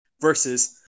versus